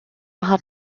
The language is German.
hat